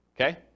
Okay